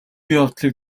явдлыг